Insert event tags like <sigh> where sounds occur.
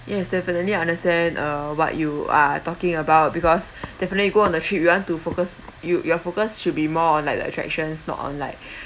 yes definitely understand uh what you are talking about because definitely go on a trip we want to focus you your focus should be more like the attractions not on like <breath>